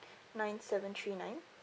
nine seven three nine